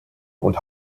und